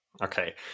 Okay